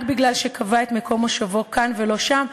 רק מפני שקבע את מקום מושבו כאן ולא שם,